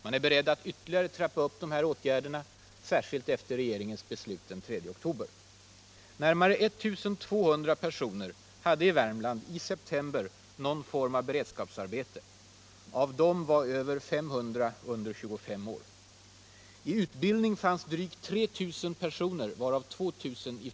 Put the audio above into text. Man är beredd att ytterligare trappa upp de här åtgärderna, särskilt efter regeringens beslut den 3 oktober.